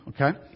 Okay